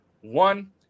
one